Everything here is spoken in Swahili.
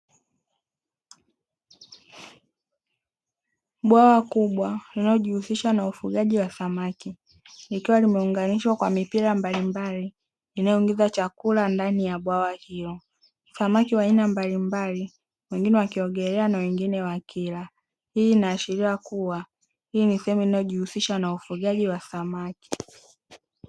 Bwawa kubwa linalojihusisha na ufugaji wa samaki likiwa nimeunganishwa kwa mipira mbalimbali inayoingiza chakula ndani ya bwawa hilo, samaki wa aina mbalimbali wengine wakiongelea na wengine wakila. Hii inaashiria kuwa hii ni sehemu inayojihusisha na ufugaji wa samaki.